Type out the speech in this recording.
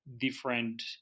different